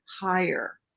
higher